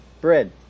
bread